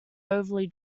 overly